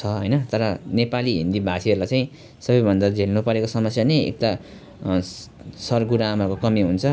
छ होइन तर नेपाली हिन्दी भाषीहरूलाई चाहिँ सबभन्दा झेल्न परेको समस्या नै एक त सर गुरुआमाहरूको कमी हुन्छ